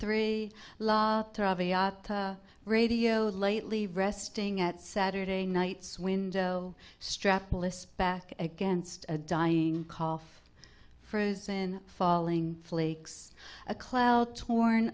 three radio lately resting at saturday nights when strapless back against a dying cough frozen falling flakes a cloud torn